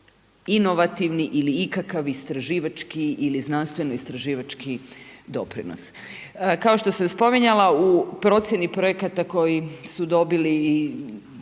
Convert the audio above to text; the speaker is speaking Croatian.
inovativni ili ikakav istraživački, ili znanstveno istraživački doprinos. Kao što sam spominjala u procjeni projekata koji su dobili